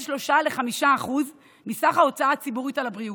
3% ל-5% מסך ההוצאה הציבורית על הבריאות,